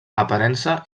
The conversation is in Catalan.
aparença